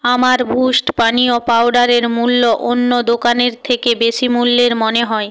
আমার বুস্ট পানীয় পাউডারের মূল্য অন্য দোকানের থেকে বেশি মূল্যের মনে হয়